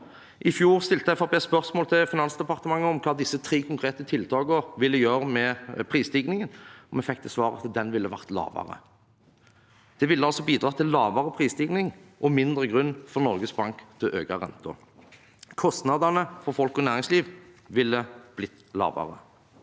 Fremskrittspartiet spørsmål til Finansdepartementet om hva disse tre konkrete tiltakene ville gjøre med prisstigningen, og vi fikk til svar at den ville vært lavere. Det ville altså ha bidratt til lavere prisstigning og mindre grunn for Norges Bank til å øke renten. Kostnadene for folk og næringsliv ville blitt lavere.